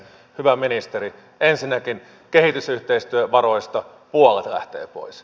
hyvä ministeri ensinnäkin kehitysyhteistyövaroista puolet lähtee pois